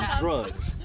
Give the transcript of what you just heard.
drugs